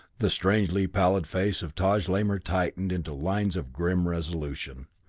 the strangely pallid face of taj lamor tightened into lines of grim resolution.